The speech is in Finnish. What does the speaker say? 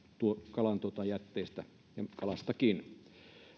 kalajätteistä ja kalastakin